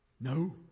No